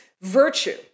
virtue